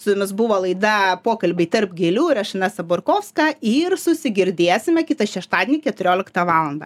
su jumis buvo laida pokalbiai tarp gėlių ir aš ina saborkovska ir susigirdėsime kitą šeštadienį keturioliktą valandą